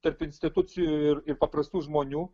tarp institucijų ir ir paprastų žmonių